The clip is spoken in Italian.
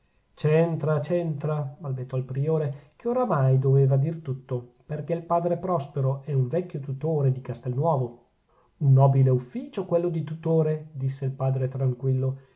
c'entra c'entra balbettò il priore che oramai doveva dir tutto perchè il padre prospero è un vecchio tutore di castelnuovo un nobile ufficio quello di tutore disse il padre tranquillo